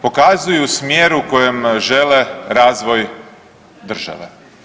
Pokazuju smjer u kojem žele razvoj države.